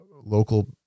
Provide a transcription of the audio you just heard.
local